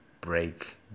break